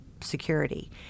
security